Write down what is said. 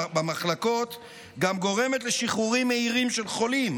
במחלקות גם גורמת לשחרורים מהירים של חולים